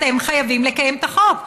אתם חייבים לקיים את החוק,